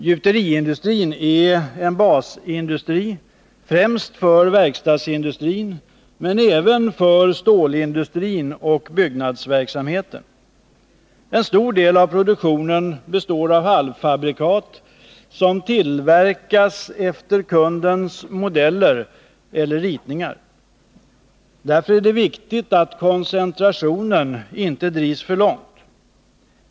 Gjuteriindustrin är en basindustri främst för verkstadsindustrin, men även för stålindustrin och byggnadsverksamheten. En stor del av produktionen består av halvfabrikat, som tillverkas efter kundens modeller eller ritningar. Därför är det angeläget att koncentrationen inte drivs för långt.